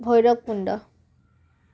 Bhairabkunda